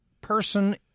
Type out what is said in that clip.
person